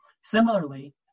Similarly